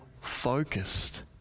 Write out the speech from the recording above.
focused